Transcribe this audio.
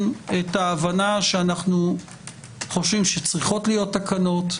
את ההבנה שאנחנו חושבים שצריכות להיות תקנות,